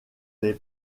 les